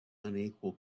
unequal